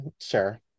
sure